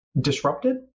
disrupted